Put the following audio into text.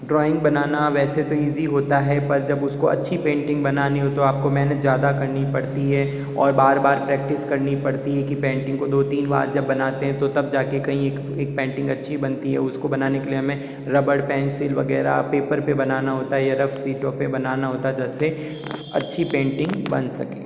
drawing बनाना वैसे तो इज़ी होता है पर जब उसको अच्छी पेंटिंग बनानी हो तो आपको मेहनत ज़्यादा करनी पड़ती है और बार बार प्रैक्टिस करनी पड़ती है कि पेंटिंग को दो तीन बार जब बनाते हैं तो तब जाकर कहीं एक एक पेंटिंग अच्छी बनती है उसको बनाने के लिए हमें रबड़ पेंसिल वगैरह पेपर पे बनाना होता है या रफ शीटों पे बनाना होता है जिससे अच्छी पेंटिंग बन सके